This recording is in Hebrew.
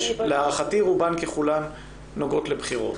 ולהערכתי רוב המקרים מתוך ה-25 נוגעים לבחירות.